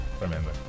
remember